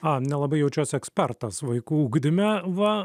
a nelabai jaučiuosi ekspertas vaikų ugdyme va